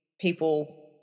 people